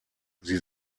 sie